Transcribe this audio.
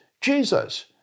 Jesus